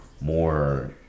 more